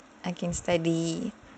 I can study